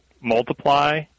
multiply